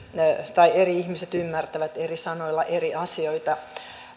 tai eri ihmiset ymmärtävät eri sanoilla eri asioita